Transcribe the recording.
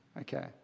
okay